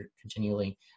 continually